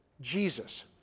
Jesus